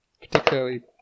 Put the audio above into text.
particularly